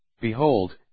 Behold